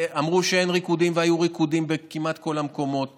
אמרו שאין ריקודים והיו ריקודים בכל המקומות כמעט.